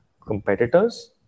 competitors